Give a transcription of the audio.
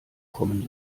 kommen